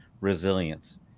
resilience